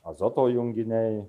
azoto junginiai